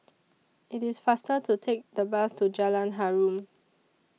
IT IS faster to Take The Bus to Jalan Harum